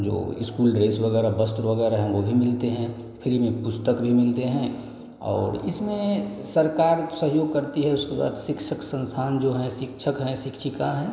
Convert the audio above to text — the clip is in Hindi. जो इस्कूल ड्रेस वगैरह वस्त्र वगैरह हैं वो भी मिलते हैं फ्री में पुस्तक भी मिलते हैं और इसमें सरकार सहयोग करती है उसके बाद शिक्षक संस्थान जो हैं शिक्षक हैं शिक्षिका हैं